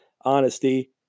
honesty